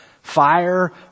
Fire